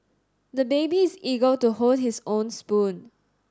the baby is eager to hold his own spoon